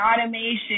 automation